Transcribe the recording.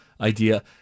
idea